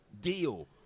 deal